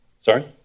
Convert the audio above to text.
Sorry